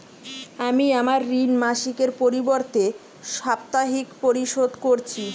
আমি আমার ঋণ মাসিকের পরিবর্তে সাপ্তাহিক পরিশোধ করছি